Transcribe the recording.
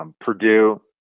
Purdue